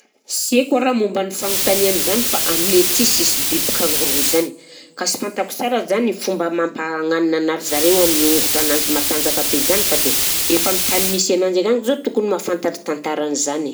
Sy haiko a raha momba ny fagnontaniagna zany fa aminay aty sisy biby kangoroa zany ka sy fantako sara zany fomba mampagnanina ana rizareo amin'ny ongotrananjy matanjaka be zany fa efa amy tagny misy ananjy zany zao tokony mahafantatry tantarany zany